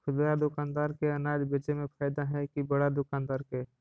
खुदरा दुकानदार के अनाज बेचे में फायदा हैं कि बड़ा दुकानदार के?